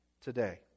today